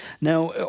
Now